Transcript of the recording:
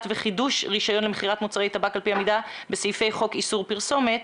וחידוש רישיון למכירת מוצרי טבק על פי סעיפי חוק איסור פרסומת.